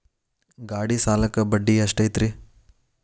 ಗಾಡಿ ಸಾಲಕ್ಕ ಬಡ್ಡಿ ಎಷ್ಟೈತ್ರಿ?